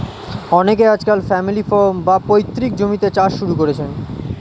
অনেকে আজকাল family farm, বা পৈতৃক জমিতে চাষ শুরু করেছেন